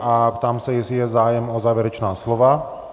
Ptám se, jestli je zájem o závěrečná slova?